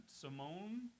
Simone